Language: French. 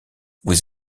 vous